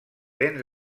dents